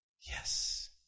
yes